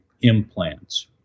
implants